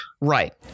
right